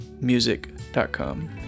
music.com